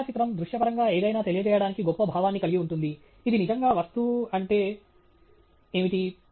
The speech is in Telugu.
ఛాయాచిత్రం దృశ్యపరంగా ఏదైన తెలియజేయడానికి గొప్ప భావాన్ని కలిగి ఉంటుంది ఇది నిజంగా వస్తువు అంటే ఏమిటి